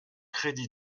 crédits